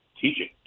teaching